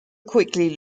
quickly